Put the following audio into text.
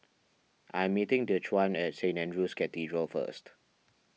I am meeting Dequan at Saint andrew's Cathedral first